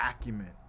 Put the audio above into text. acumen